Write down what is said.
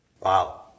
Wow